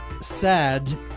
sad